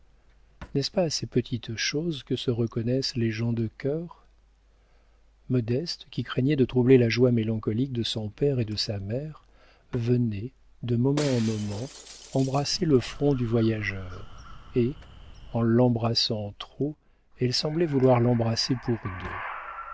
n'est-ce pas à ces petites choses que se reconnaissent les gens de cœur modeste qui craignait de troubler la joie mélancolique de son père et de sa mère venait de moment en moment embrasser le front du voyageur et en l'embrassant trop elle semblait vouloir l'embrasser pour deux